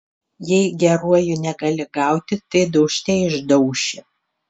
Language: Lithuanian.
jei geruoju negali gauti tai daužte išdauši